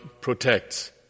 protects